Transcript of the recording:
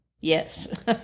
Yes